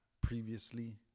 previously